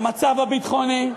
למצב הביטחוני,